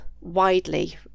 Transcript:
widely